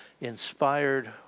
inspired